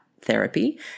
therapy